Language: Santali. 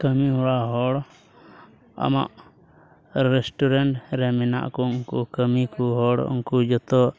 ᱠᱟᱹᱢᱤ ᱦᱮᱣᱟ ᱦᱚᱲ ᱟᱢᱟᱜ ᱨᱮᱥᱴᱩᱨᱮᱱᱴ ᱨᱮᱱ ᱢᱮᱱᱟᱜ ᱠᱚ ᱩᱱᱠᱩ ᱠᱟᱹᱢᱤ ᱠᱚ ᱦᱚᱲ ᱩᱱᱠᱩ ᱡᱚᱛᱚ